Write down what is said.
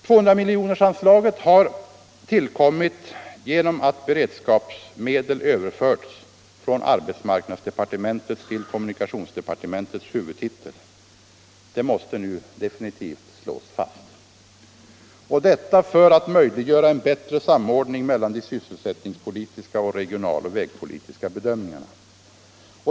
200-miljonersanslaget har tillkommit genom att beredskapsmedel överförts från arbetsmarknadsdepartementets till kommunikationsdepartementets huvudtitel — det måste nu definitivt slås fast — och detta för att möjliggöra en bättre samordning mellan de sysselsättningspolitiska och de regionaloch vägpolitiska bedömningarna.